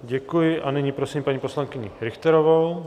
Děkuji a nyní prosím paní poslankyni Richterovou.